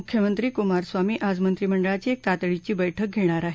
मुख्यमंत्री कुमारस्वामी आज मंत्रीमंडळाची एक तातडीची बैठक घेणार आहेत